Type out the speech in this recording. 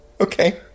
Okay